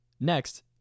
Next